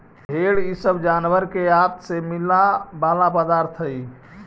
भेंड़ इ सब जानवर के आँत से मिला वाला पदार्थ हई